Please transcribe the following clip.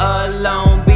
alone